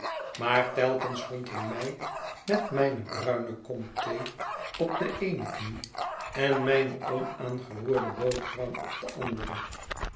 maar telkens vond hij mij met mijne bruine kom thee op de eene knie en mijne onaangeroerde boerham op de andere